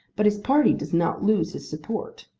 but his party does not lose his support.